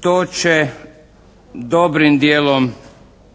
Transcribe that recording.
To će dobrim dijelom